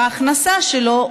וההכנסה שלו,